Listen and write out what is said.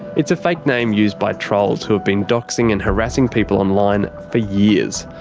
it's a fake name used by trolls who have been doxxing and harassing people online for years.